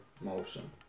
motion